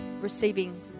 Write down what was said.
receiving